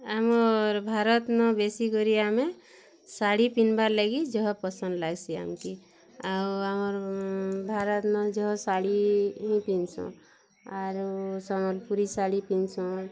ଆମର୍ ଭାରତ ନ ବେଶୀ କରି ଆମେ ଶାଢ଼ୀ ପିନ୍ଧିବା ଲାଗି ଯହ ପସନ୍ଦ ଲାଗ୍ସି ଆମ୍କେ ଆଉ ଆମର୍ ଭାରତ୍ ନ ଯହ ଶାଢ଼ୀ ହି ପିନ୍ଧ୍ସୁଁ ଆରୁ ସମ୍ୱଲପୁରୀ ଶାଢ଼ୀ ପିନ୍ଧିସନ୍